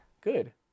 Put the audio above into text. Good